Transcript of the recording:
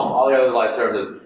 all the other live services,